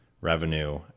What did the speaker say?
revenue